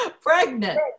pregnant